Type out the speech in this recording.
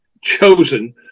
chosen